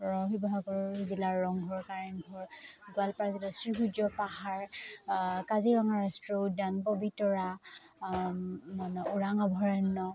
শিৱসাগৰ জিলাৰ ৰংঘৰ কাৰেংঘৰ গোৱালপাৰ জিলাৰ শ্ৰী সূৰ্য পাহাৰ কাজিৰঙা ৰাষ্ট্ৰীয় উদ্যান পবিতৰা মানে ওৰাং অভয়াৰণ্য